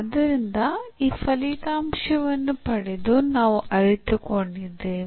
ಆದರಿಂದ ಈ ಫಲಿತಾಂಶವನ್ನು ಪಡೆದು ನಾವು ಅರಿತುಕೊಂಡಿದ್ದೇವೆ